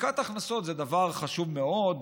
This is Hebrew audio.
ובדיקת הכנסות זה דבר חשוב מאוד,